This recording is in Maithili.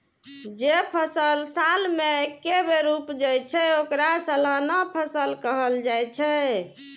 जे फसल साल मे एके बेर उपजै छै, ओकरा सालाना फसल कहल जाइ छै